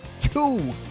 two